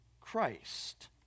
Christ